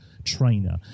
trainer